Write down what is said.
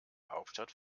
hauptstadt